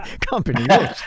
company